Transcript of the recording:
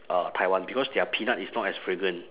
uh taiwan because their peanut is not as fragrant